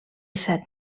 set